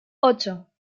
ocho